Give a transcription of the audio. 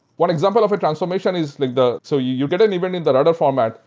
one example of a transformation is like the so you you get an event in that other format.